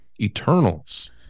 Eternals